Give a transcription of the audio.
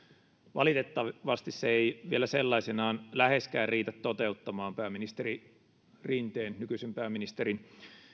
valitettavasti se ei vielä sellaisenaan läheskään riitä toteuttamaan pääministeri rinteen nykyisen pääministerin